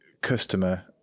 customer